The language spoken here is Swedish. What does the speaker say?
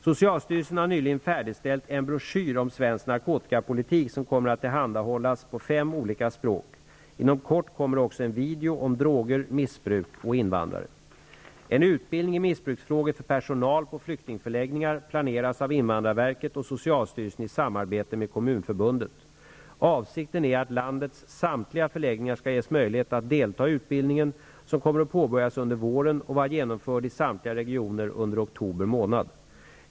Socialstyrelsen har nyligen färdigställt en broschyr om svensk narkotikapolitik som kommer att tillhandahållas på fem olika språk. Inom kort kommer också en video om droger, missbruk och invandrare. En utbildning i missbruksfrågor för personal på flyktingförläggningar planeras av invandrarverket och socialstyrelsen i samarbete med Kommunförbundet. Avsikten är att landets samtliga förläggningar skall ges möjlighet att delta i utbildningen, som kommer att påbörjas under våren och vara genomförd i samtliga regioner under oktober månad.